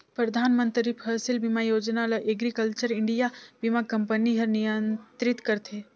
परधानमंतरी फसिल बीमा योजना ल एग्रीकल्चर इंडिया बीमा कंपनी हर नियंत्रित करथे